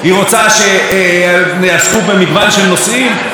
בבקשה: משנת 2011 עד 2017,